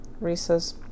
reese's